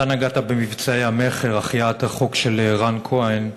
אתה נגעת במבצעי המכר, החייאת החוק של רן כהן.